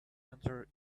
enter